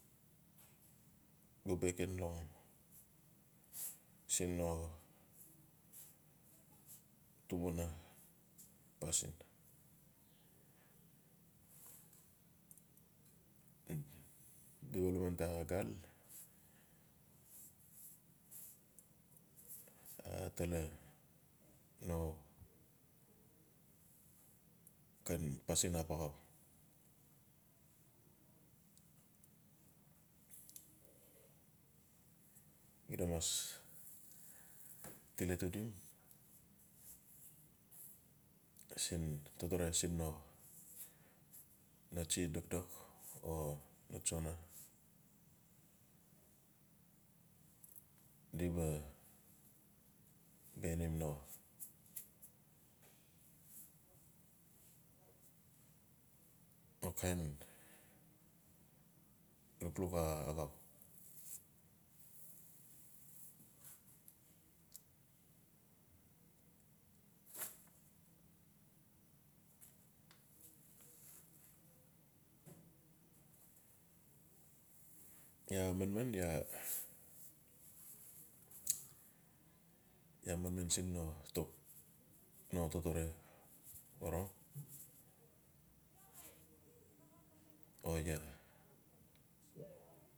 No bakim lau siin no tumbuna pasin. A talano kain pasin hap axau. Gida mas sii. totore siin tsi dokdok o no tsono di ba biainim no kain lukluk axau iaa manman iaamanman siin no totore orong or iaa.